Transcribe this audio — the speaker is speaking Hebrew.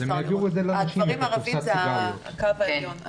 הם העבירו לנשים את קופסת הסיגריות.